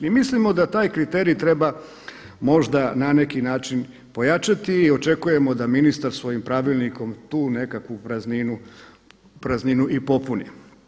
I mislimo da taj kriterij treba možda na neki način pojačati i očekujemo da ministar svojim pravilnikom tu nekakvu prazninu i popuni.